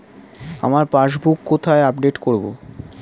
আমার পাসবুক কোথায় আপডেট করব?